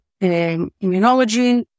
immunology